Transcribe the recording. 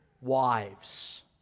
wives